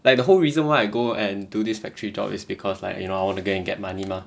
like the whole reason why I go and do this factory job is because like you know I want to go and get money mah